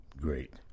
Great